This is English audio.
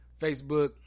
Facebook